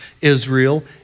Israel